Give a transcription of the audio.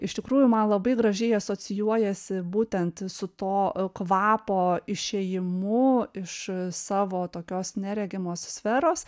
iš tikrųjų man labai gražiai asocijuojasi būtent su to kvapo išėjimu iš savo tokios neregimos sferos